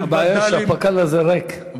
הבעיה היא רק שהפק"ל הזה ריק.